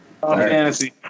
Fantasy